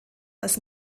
das